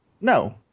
No